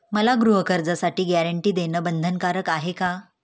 मला गृहकर्जासाठी गॅरंटी देणं बंधनकारक आहे का?